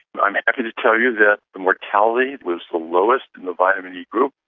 i'm happy to tell you that the mortality was the lowest in the vitamin e group.